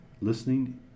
listening